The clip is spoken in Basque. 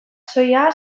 soia